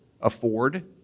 afford